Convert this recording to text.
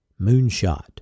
Moonshot